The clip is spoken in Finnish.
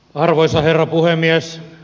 arvoisa herra puhemies